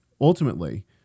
ultimately